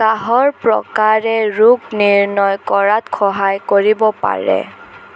কাহৰ প্ৰকাৰে ৰোগ নিৰ্ণয় কৰাত সহায় কৰিব পাৰে